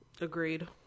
Agreed